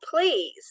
please